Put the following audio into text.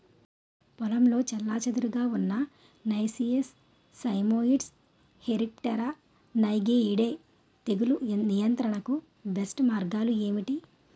పొలంలో చెల్లాచెదురుగా ఉన్న నైసియస్ సైమోయిడ్స్ హెమిప్టెరా లైగేయిడే తెగులు నియంత్రణకు బెస్ట్ మార్గాలు ఏమిటి?